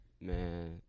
man